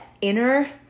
inner